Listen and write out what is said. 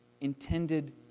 intended